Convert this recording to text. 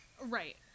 Right